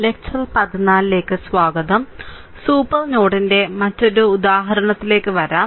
വീണ്ടും സ്വാഗതം സൂപ്പർ നോഡിന്റെ മറ്റൊരു ഉദാഹരണത്തിലേക്ക് വരാം